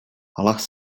hlas